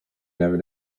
never